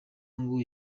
ngo